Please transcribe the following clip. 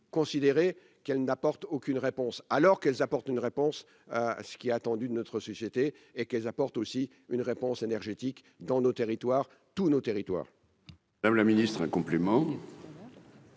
considérer qu'elle n'apporte aucune réponse alors qu'elles apportent une réponse à ce qui est attendu de notre société et qu'elles apportent aussi une réponse énergétique dans nos territoires, tous nos territoires. Madame la ministre, un complément.